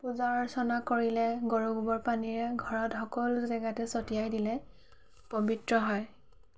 পূজা অৰ্চনা কৰিলে গৰুৰ গোৱৰ পানীৰে ঘৰত সকলো জেগাতে ছটিয়াই দিলে পবিত্ৰ হয়